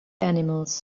animals